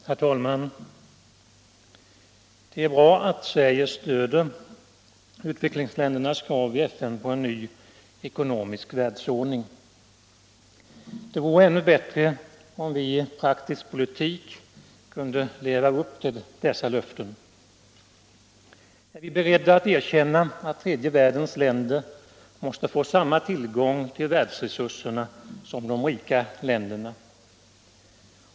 Herr talman! Det är bra att Sverige stöder utvecklingsländernas krav i FN på en ny ekonomisk världsordning. Det vore ännu bättre om vi i praktisk politik kunde leva upp till dessa löften. Är vi beredda att erkänna att tredje världens länder måste få samma tillgång till världsresurserna som de rika länderna?